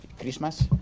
Christmas